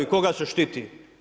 Koga se štiti?